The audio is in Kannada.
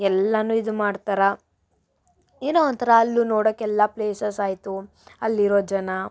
ಎಲ್ಲನು ಇದು ಮಾಡ್ತರೆ ಏನೋ ಒಂಥರ ಅಲ್ಲೂ ನೋಡಾಕೆ ಎಲ್ಲ ಪ್ಲೇಸಸ್ ಆಯಿತು ಅಲ್ಲಿರೋ ಜನ